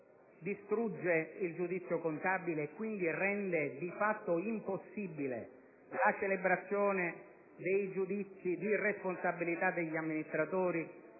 distrugge il giudizio contabile e, quindi, rende di fatto impossibile la celebrazione dei giudizi di responsabilità degli amministratori